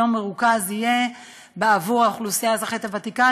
יום מרוכז בעבור האוכלוסייה האזרחית הוותיקה,